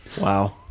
Wow